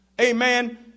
Amen